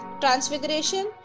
Transfiguration